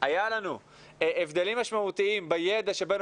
היה לנו הבדלים משמעותיים בידע שבין